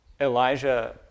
Elijah